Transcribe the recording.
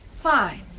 Fine